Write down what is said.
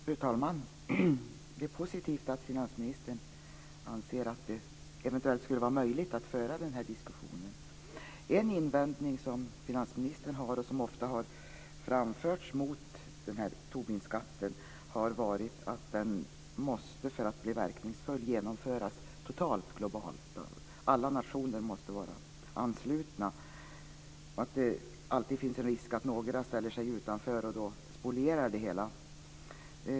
Fru talman! Det är positivt att finansministern anser att det eventuellt skulle vara möjligt att föra den här diskussionen. En invändning som finansministern har och som ofta har framförts mot Tobinskatten är att den, för att bli verkningsfull, måste genomföras totalt globalt. Alla nationer måste vara anslutna. Risken finns ju alltid att några ställer sig utanför och då spolierar det hela.